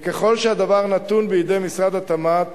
וככל שהדבר נתון בידי משרד התמ"ת